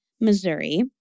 Missouri